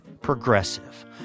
Progressive